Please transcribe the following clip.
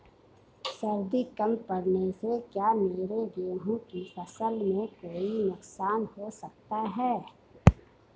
सर्दी कम पड़ने से क्या मेरे गेहूँ की फसल में कोई नुकसान हो सकता है?